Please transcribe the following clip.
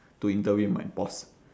to interview with my boss